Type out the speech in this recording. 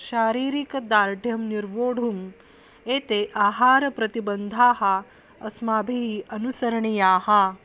शारीरिकदार्ढ्यं निर्वोढुम् एते आहारप्रतिबन्धाः अस्माभिः अनुसरणीयाः